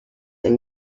and